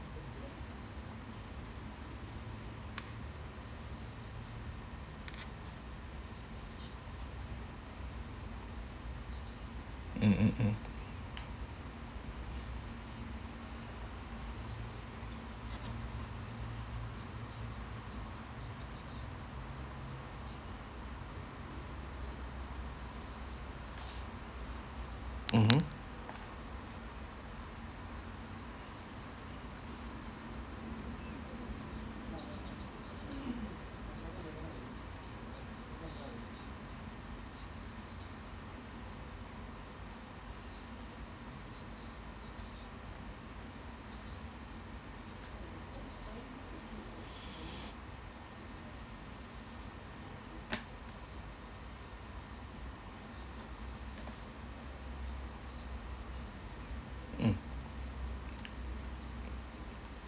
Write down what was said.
mm mm mm mmhmm mm